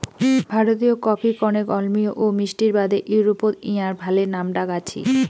ভারতীয় কফি কণেক অম্লীয় ও মিষ্টির বাদে ইউরোপত ইঞার ভালে নামডাক আছি